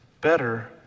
better